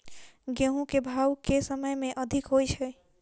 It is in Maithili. गेंहूँ केँ भाउ केँ समय मे अधिक होइ छै?